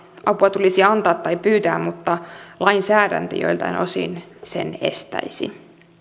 apua tulisi antaa tai pyytää mutta lainsäädäntö joiltain osin sen estäisi